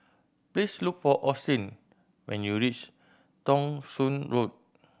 please look for Austin when you reach Thong Soon Road